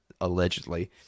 allegedly –